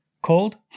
called